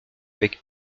avec